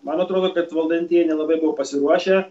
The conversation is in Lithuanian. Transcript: man atrodo kad valdantieji nelabai buvo pasiruošę